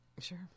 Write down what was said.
Sure